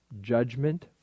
judgment